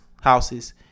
houses